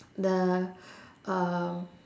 the um